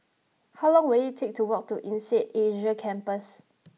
how long will it take to walk to Insead Asia Campus